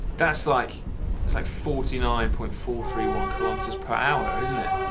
that's like that's like forty nine point four three one kilometers per hour, isn't it?